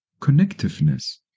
connectiveness